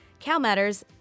CalMatters